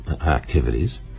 activities